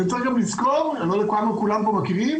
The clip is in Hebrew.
וצריך גם לזכור, אני לא יודע כמה כולם פה מכירים,